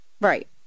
Right